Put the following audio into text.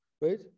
right